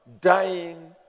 dying